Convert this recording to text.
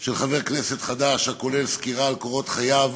של חבר כנסת חדש הכולל סקירה של קורות חייו